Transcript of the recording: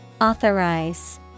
Authorize